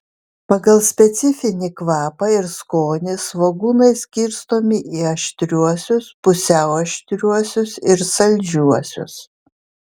pagal specifinį kvapą ir skonį svogūnai skirstomi į aštriuosius pusiau aštriuosius ir saldžiuosius